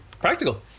Practical